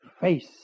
face